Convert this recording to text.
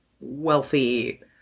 wealthy